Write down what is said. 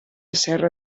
serra